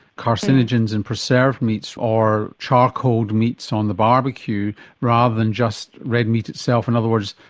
carcinogens in preserved meats or charcoaled meets on the barbecue rather than just red meat itself. in other words,